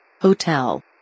Hotel